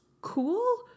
cool